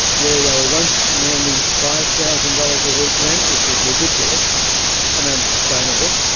where they were once commanding five thousand dollars a week rent, which was ridiculous and unsustainable,